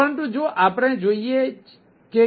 પરંતુ જો આપણે જોઈએ કે કલાઉડ હજી પણ 53